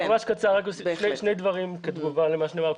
אני אהיה ממש קצר ואוסיף שני דברים כתגובה למה שנאמר.